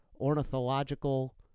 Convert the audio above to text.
Ornithological